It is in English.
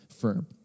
firm